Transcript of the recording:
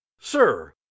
sir